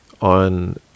on